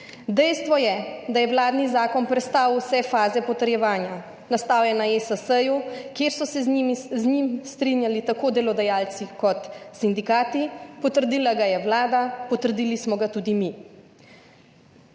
Dejstvo je, da je vladni zakon prestal vse faze potrjevanja, nastal je na ESS-ju, kjer so se z njim strinjali tako delodajalci kot sindikati, potrdila ga je Vlada, potrdili smo ga tudi mi.